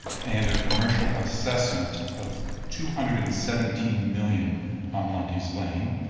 and a commercial assessment of two hundred and seventeen million on lundy's lane,